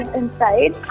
inside